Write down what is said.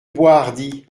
boishardy